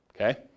okay